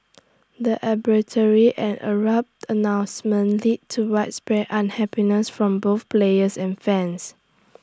the and abrupt announcement led to widespread unhappiness from both players and fans